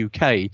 UK